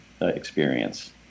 experience